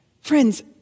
Friends